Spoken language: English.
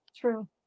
True